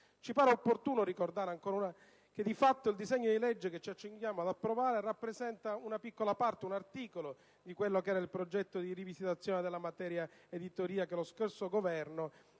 Ci pare opportuno ricordare ancora che, di fatto, il disegno di legge che ci accingiamo ad approvare rappresenta una piccola parte, un articolo di quello che era il progetto di rivisitazione della materia "editoria" che lo scorso Governo